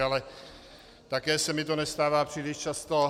Ale také se mi to nestává příliš často.